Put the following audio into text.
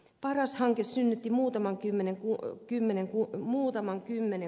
paras hanke synnytti muutaman kymmenen kuntaliitosta